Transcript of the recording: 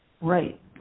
Right